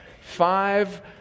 five